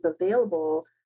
available